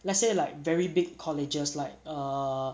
let's say like very big colleges like err